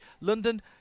London